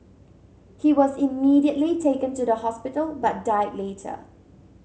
he was immediately taken to the hospital but died later